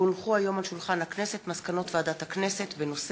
כי הונחו היום על שולחן הכנסת מסקנות ועדת הכנסת בעקבות